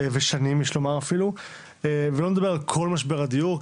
ושנים יש לומר אפילו ואנחנו לא נדבר על כל משבר הדיור,